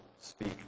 speak